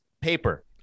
Paper